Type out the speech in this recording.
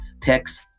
picks